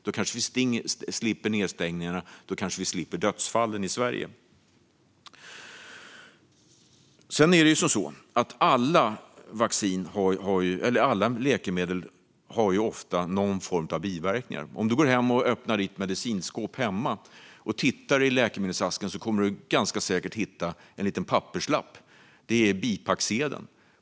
Då kanske vi slipper nedstängningar och dödsfall i Sverige. Sedan är det ju så att alla vacciner, och alla läkemedel, ofta har någon form av biverkningar. Om du går hem och öppnar ditt medicinskåp och tittar i läkemedelsasken kommer du ganska säkert att hitta en liten papperslapp. Det är bipacksedeln.